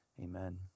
amen